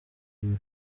b’iyo